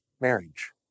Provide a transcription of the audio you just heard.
marriage